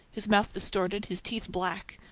his mouth distorted, his teeth black,